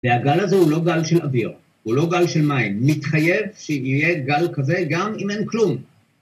והגל הזה הוא לא גל של אוויר, הוא לא גל של מים, מתחייב שיהיה גל כזה גם אם אין כלום.